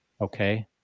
Okay